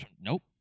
Nope